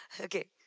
Okay